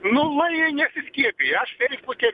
nu lai jie nesiskiepija aš feisbuke